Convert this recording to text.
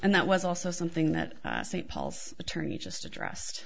and that was also something that st paul's attorney just address